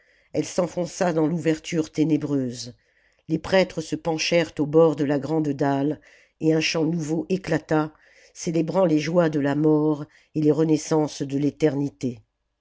elle s'enfonça dans l'ouverture ténébreuse les prêtres se penchèrent au bord de la grande dalle et un chant nouveau éclata célébrant les joies de la mort et les renaissances de l'éternité